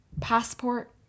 Passport